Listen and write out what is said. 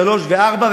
שלוש שנים וארבע,